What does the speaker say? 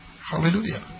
Hallelujah